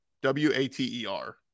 w-a-t-e-r